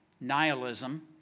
Nihilism